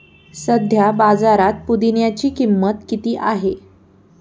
सध्या बाजारात पुदिन्याची किंमत किती आहे?